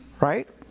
right